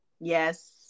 Yes